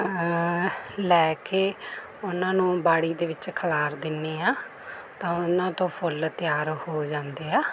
ਲੈ ਕੇ ਉਹਨਾਂ ਨੂੰ ਬਾੜੀ ਦੇ ਵਿੱਚ ਖਿਲਾਰ ਦਿੰਦੀ ਹਾਂ ਤਾਂ ਉਹਨਾਂ ਤੋਂ ਫੁੱਲ ਤਿਆਰ ਹੋ ਜਾਂਦੇ ਆ